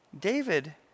David